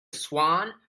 swan